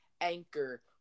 Anchor